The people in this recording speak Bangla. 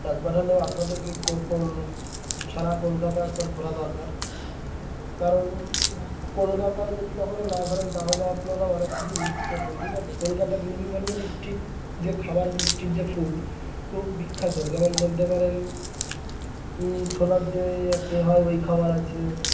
একবার হলেও আপনাদেরকে কপ সারা কলকাতা একবার ঘোরা দরকার কারণ কলকাতায় যদি কখনও না ঘোরেন তাহলে আপনারা অনেক কিছুই মিস করবেন ঠিক আছে কলকাতায় বিভিন্ন ধরনের স্ট্রিট যে খাবারগুলি স্ট্রিট যে ফুড খুব বিখ্যাত যেমন বলতে পারেন ছোলার যে একটাই হয় ওই খাবার আছে